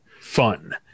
fun